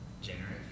January